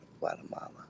Guatemala